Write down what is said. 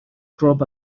drop